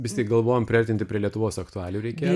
vis tik galvojom priartinti prie lietuvos aktualijų reikėjo